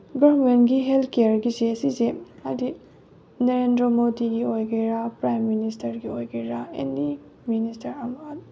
ꯒꯣꯔꯃꯦꯟꯒꯤ ꯍꯦꯜꯠ ꯀꯤꯌꯥꯔꯒꯤꯁꯦ ꯁꯤꯁꯦ ꯍꯥꯏꯗꯤ ꯅꯔꯦꯟꯗ꯭ꯔ ꯃꯣꯗꯤꯒꯤ ꯑꯣꯏꯒꯦꯔ ꯄ꯭ꯔꯥꯏꯝ ꯃꯤꯅꯤꯁꯇꯔꯒꯤ ꯑꯣꯏꯒꯦꯔ ꯑꯦꯅꯤ ꯃꯤꯅꯤꯁꯇꯔ ꯑꯃ